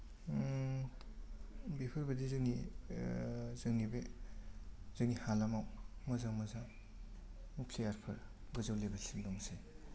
बेफोरबायदि जोंनि जोंनि बे जोंनि हालामाव मोजां मोजां प्लेयार फोर गोजौ लेबेल सिम दंसै